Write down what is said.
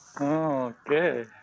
Okay